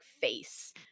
face